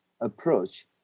approach